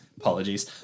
apologies